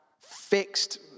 fixed